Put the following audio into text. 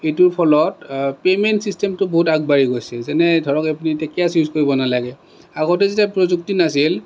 এইটোৰ ফলত পে'মেণ্ট চিষ্টেমটো বহুত আগবাঢ়ি গৈছে যেনে ধৰক আপুনি এতিয়া কেচ ইউজ কৰিব নালাগে আগতে যেতিয়া প্ৰযুক্তি নাছিল